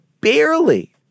barely